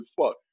fuck